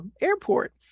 airport